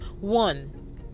One